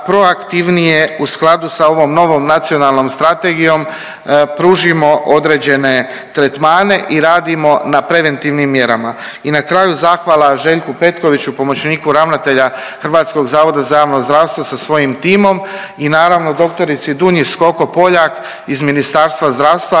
proaktivnije u skladu sa ovo novom nacionalnom strategijom pružimo određene tretmane i radimo na preventivnim mjerama. I na kraju zahvala Željku Petkoviću pomoćniku ravnatelja HZJZ sa svojim timom i naravno dr. Dunji Skoko Poljak iz Ministarstva zdravstva